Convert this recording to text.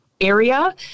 area